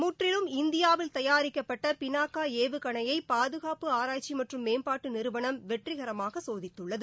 முற்றிலும் இந்தியாவில் தயாரிக்கப்பட்ட பினாக்கா ஏவுகணையை பாதுகாப்பு ஆராய்ச்சி மற்றும் மேம்பாட்டு நிறுவனம் வெற்றிகரமாக சோதித்துள்ளது